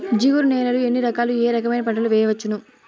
జిగురు నేలలు ఎన్ని రకాలు ఏ రకమైన పంటలు వేయవచ్చును?